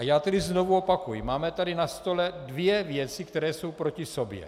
Já tedy znovu opakuji, máme tady na stole dvě věci, které jsou proti sobě.